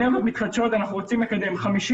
אנחנו רוצים לקדם אנרגיות מתחדשות